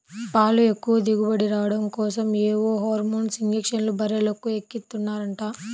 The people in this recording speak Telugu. పాలు ఎక్కువ దిగుబడి రాడం కోసరం ఏవో హార్మోన్ ఇంజక్షన్లు బర్రెలకు ఎక్కిస్తన్నారంట